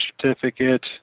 certificate